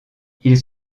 ils